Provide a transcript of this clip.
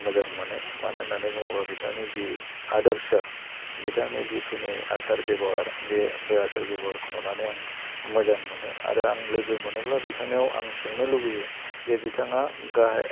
मोजां मोनो मानो होन्नानै बुङोब्ला बिथांनि जि आर्दस' बिथांनि जिखिनि आसार बेब'हार बे बे आसार बेब'हारखौ नुनानै आं मोजां मोनो आरो आं लोगो मोनोब्ला आं बिथांनिआव आं सोंनो लुबैयो जि बिथाङा गाहाइ